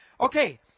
Okay